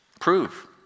prove